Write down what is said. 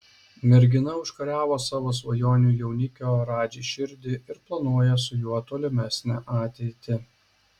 mergina užkariavo savo svajonių jaunikio radži širdį ir planuoja su juo tolimesnę ateitį